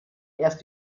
erst